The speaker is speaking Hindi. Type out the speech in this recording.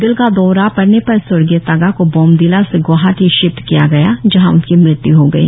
दिल का दौरा पड़ने पर स्वर्गीय तागा को बॉमडिला से ग्वाहाटी शिफ्त किया गया जहा उनकी मृत्यु हो गई